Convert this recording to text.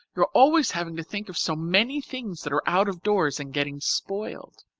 you are always having to think of so many things that are out of doors and getting spoiled.